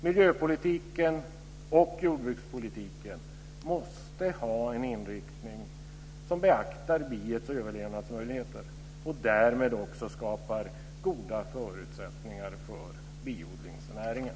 Miljöpolitiken och jordbrukspolitiken måste ha en inriktning som beaktar biets överlevnadsmöjligheter och därmed också skapar goda förutsättningar för biodlingsnäringen.